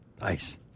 Nice